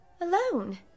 Alone